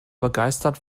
begeistert